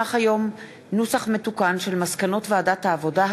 נוסח מתוקן של מסקנות ועדת העבודה,